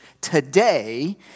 today